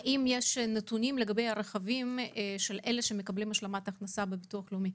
האם יש נתונים לגבי הרכבים של אלה שמקבלים השלמת הכנסה מביטוח לאומי?